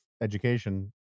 education